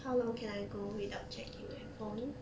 how long can I go without checking my phone